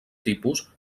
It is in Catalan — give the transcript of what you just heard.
tipus